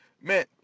Man